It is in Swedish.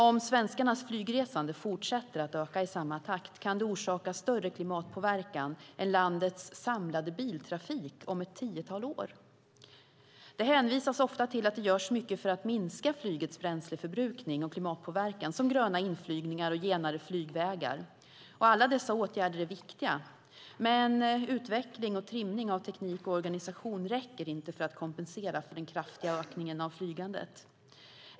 Om svenskarnas flygresande fortsätter att öka i samma takt kan det orsaka större klimatpåverkan än landets samlade biltrafik om ett tiotal år. Det hänvisas ofta till att det görs mycket för att minska flygets bränsleförbrukning och klimatpåverkan, som gröna inflygningar och genare flygvägar. Alla dessa åtgärder är viktiga. Men utveckling och trimning av teknik och organisation räcker inte för att kompensera för den kraftiga ökningen av flygandet.